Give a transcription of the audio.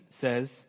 says